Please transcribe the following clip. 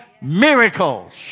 miracles